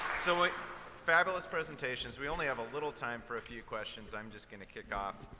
so fabulous presentations. we only have a little time for a few questions. i'm just going to kick off.